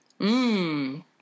Mmm